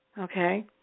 okay